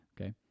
okay